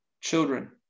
children